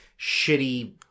shitty